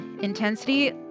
intensity